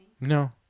No